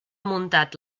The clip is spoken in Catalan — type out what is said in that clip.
muntat